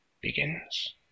begins